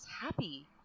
happy